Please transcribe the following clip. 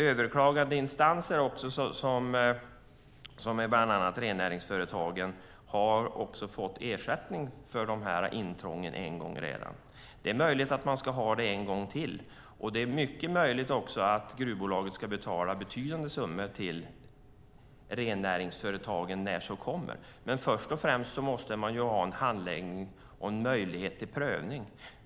Överklagande instanser, bland annat rennäringsföretagen, har också fått ersättning för dessa intrång en gång redan. Det är möjligt att de ska få det en gång till, och det är också mycket möjligt att gruvbolaget ska betala betydande summor till rennäringsföretagen så småningom. Men först och främst måste man ha en handläggning och en möjlighet till prövning.